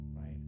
Right